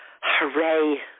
hooray